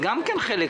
זה חלק מהעניין.